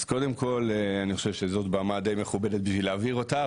אז קודם כל אני חושב שזאת במה די מכובדת בשביל להבהיר אותה,